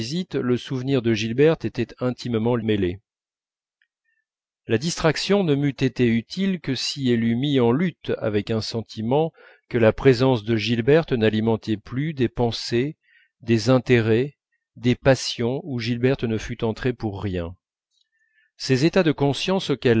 le souvenir de gilberte était intimement mêlé la distraction ne m'eût été utile que si elle eût mis en lutte avec un sentiment que la présence de gilberte n'alimentait plus des pensées des intérêts des passions où gilberte ne fût entrée pour rien ces états de conscience auxquels